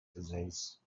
disease